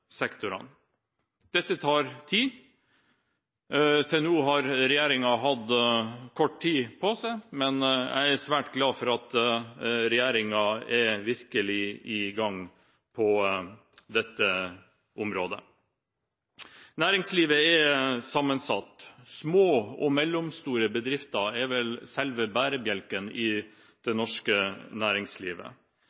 Dette tar tid. Fram til nå har regjeringen hatt kort tid på seg, men jeg er svært glad for at regjeringen virkelig er i gang på dette området. Næringslivet er sammensatt. Små og mellomstore bedrifter er selve bærebjelken i det